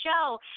show